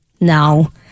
No